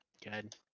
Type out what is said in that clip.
Good